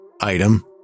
item